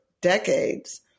decades